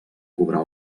cobrar